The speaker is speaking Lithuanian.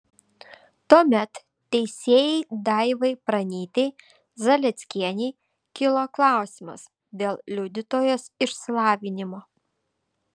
tuomet teisėjai daivai pranytei zalieckienei kilo klausimas dėl liudytojos išsilavinimo